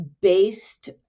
based